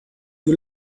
you